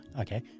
okay